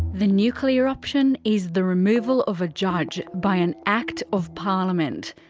the nuclear option is the removal of a judge by an act of parliament.